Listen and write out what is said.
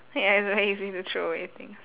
ya it's very easy to throw away things